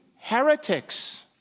heretics